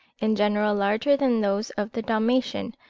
in general larger than those of the dalmatian,